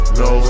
no